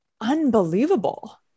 unbelievable